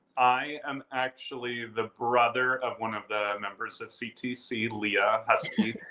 i am actually the brother of one of the members of ctc, leah huskey.